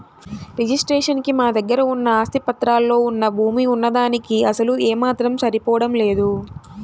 registration కి మా దగ్గర ఉన్న ఆస్తి పత్రాల్లో వున్న భూమి వున్న దానికీ అసలు ఏమాత్రం సరిపోడం లేదు